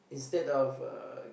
instead of a